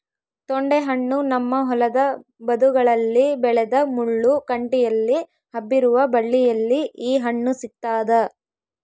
ತೊಂಡೆಹಣ್ಣು ನಮ್ಮ ಹೊಲದ ಬದುಗಳಲ್ಲಿ ಬೆಳೆದ ಮುಳ್ಳು ಕಂಟಿಯಲ್ಲಿ ಹಬ್ಬಿರುವ ಬಳ್ಳಿಯಲ್ಲಿ ಈ ಹಣ್ಣು ಸಿಗ್ತಾದ